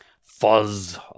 Fuzz